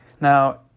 Now